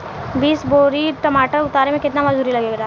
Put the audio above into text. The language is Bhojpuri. बीस बोरी टमाटर उतारे मे केतना मजदुरी लगेगा?